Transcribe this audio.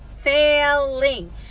failing